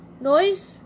Noise